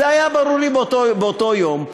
זה היה ברור לי באותו יום.